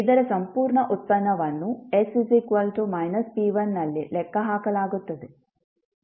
ಇದರ ಸಂಪೂರ್ಣ ಉತ್ಪನ್ನವನ್ನು s −p1 ನಲ್ಲಿ ಲೆಕ್ಕಹಾಕಲಾಗುತ್ತದೆ